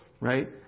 right